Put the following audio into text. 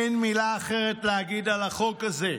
אין מילה אחרת להגיד על החוק הזה.